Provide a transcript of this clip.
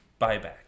buyback